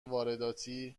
وارداتی